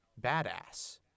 badass